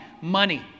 Money